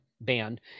band